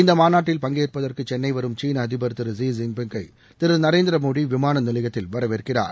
இந்த மாநாட்டில் பங்கேற்பதற்கு சென்னை வரும் சீன அதிபா் திரு ஸி ஜின் பிங் கை திரு நரேந்திரமோடி விமான நிலையத்தில் வரவேற்கிறார்